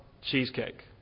cheesecake